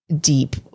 deep